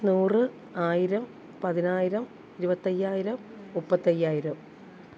നൂറ് ആയിരം പതിനായിരം ഇരുപത്തയ്യായിരം മുപ്പത്തയ്യായിരം